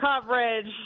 coverage